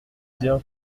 dire